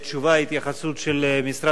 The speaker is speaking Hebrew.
התייחסות של משרד הפנים,